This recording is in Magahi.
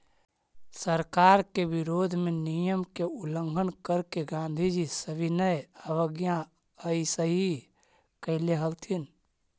सरकार के विरोध में नियम के उल्लंघन करके गांधीजी सविनय अवज्ञा अइसही कैले हलथिन